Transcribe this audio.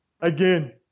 again